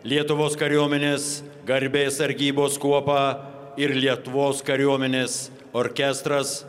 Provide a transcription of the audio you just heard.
lietuvos kariuomenės garbės sargybos kuopa ir lietuvos kariuomenės orkestras